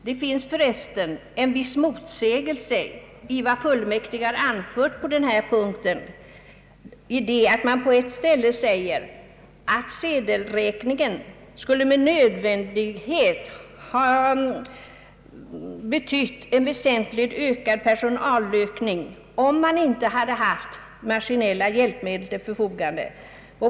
Det finns förresten en motsägelse i vad fullmäktige har anfört på den här punkten. Man säger på ett ställe att sedelräkningen med nödvändighet skulle ha medfört väsentlig personalökning, om maskinella hjälpmedel inte stått till förfogande.